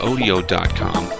Odeo.com